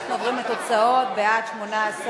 אנחנו עוברים לתוצאות: בעד, 18,